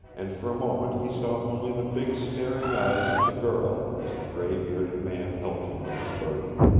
and for a moment he saw only the big staring eyes of the girl as the gray-bearded man helped him with his burden.